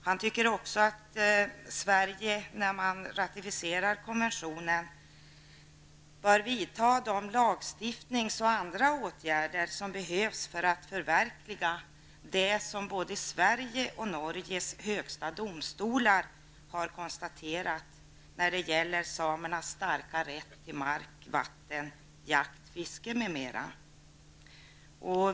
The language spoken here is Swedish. Han menar också att Sverige, när vi ratificerar konventionen, bör vidta de lagstiftnings och andra åtgärder som behövs för att förverkliga vad både Sveriges och Norges högsta domstolar har konstaterat när det gäller samernas starka rätt till mark, vatten, jakt, fiske, m.m.